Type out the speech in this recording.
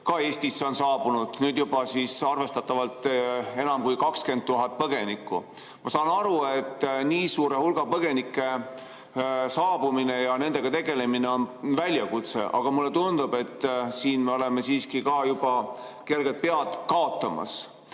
Ka Eestisse on saabunud nüüd juba arvestatavalt enam kui 20 000 põgenikku. Ma saan aru, et nii suure hulga põgenike saabumine ja nendega tegelemine on väljakutse, aga mulle tundub, et siin me oleme siiski juba kergelt pead kaotamas.